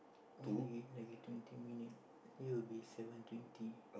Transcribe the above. ini lagi lagi twenty minute then will be seven twenty